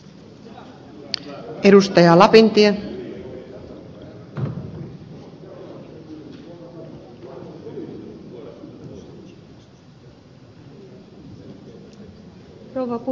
arvoisa rouva puhemies